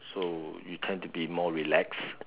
so you tend to be more relaxed